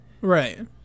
Right